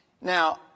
Now